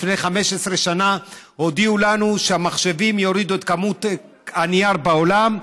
לפני 15 שנה הודיעו לנו שהמחשבים יורידו את כמות הנייר בעולם.